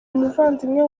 umuvandimwe